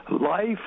life